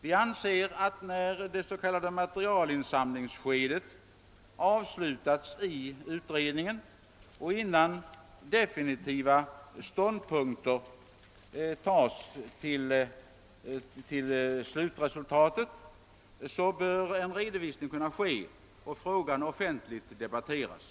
Vi anser att när det s.k. materialinsamlingsskedet har avslutats i utred ningen och innan definitiva ståndpunkter har tagits till slutresultatet, bör en redovisning kunna göras och frågan offentligt debatteras.